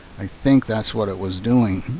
i think that's what it was doing.